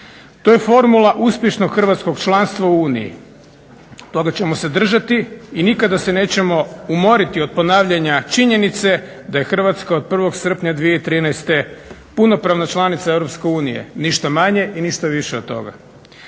To je formula uspješnog hrvatskog članstva u Uniji. Toga ćemo se držati i nikada se nećemo umoriti od ponavljanja činjenice da je Hrvatska od 1. srpnja 2013. punopravna članica Europske unije, ništa manje i ništa više od toga.